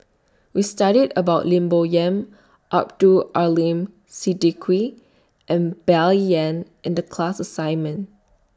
We studied about Lim Bo Yam Abdul Aleem Siddique and Bai Yan in The class assignment